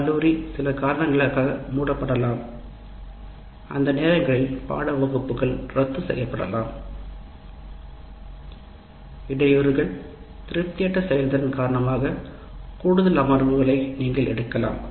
கல்லூரி சில காரணங்களுக்காக மூடப்படலாம் அந்த நேரங்களில் பாட வகுப்புகள் ரத்து செய்யப்படலாம் இடையூறுகள் திருப்தியற்ற செயல்திறன் காரணமாக கூடுதல் அமர்வுகளை நீங்கள் எடுக்கலாம்